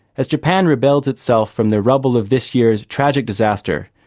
as japan rebuilds itself from the rubble of this year's tragic disaster,